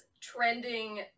trending